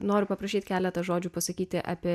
noriu paprašyt keletą žodžių pasakyti apie